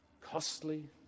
costly